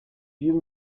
uyu